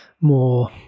more